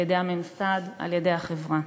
על-ידי הממסד, על-ידי החברה.